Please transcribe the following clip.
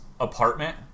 apartment